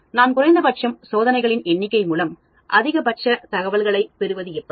நான் குறைந்தபட்சம் சோதனைகளின் எண்ணிக்கை மூலம் அதிகபட்ச தகவல்களை பெறுவது எப்படி